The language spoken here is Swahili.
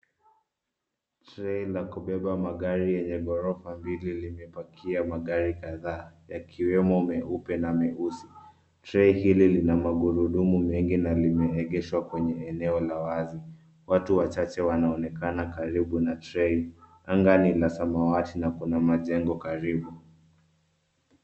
Trela ya kubeba magari yenye ghorofa mbili imepakia magari kadhaa ikiwemo meupe na meusi. Trela hii ina magurudumu mengi na imeegeshwa kwenye eneo la wazi. Watu wachache wanaonekana karibu na trela hii. Anga ni ya samawati na kina majengo karibu.